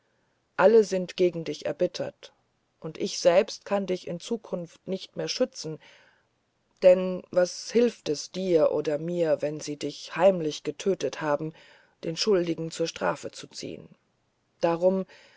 alle sind gegen dich erbittert und ich selbst kann dich in zukunft nicht mehr schützen denn was hilft es dir oder mir wenn sie dich heimlich getötet haben den schuldigen zur strafe zu ziehen darum